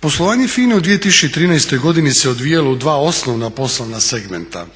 Poslovanje FINA-e u 2013 godini se odvijalo u dva osnovna poslovna segmenta.